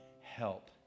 help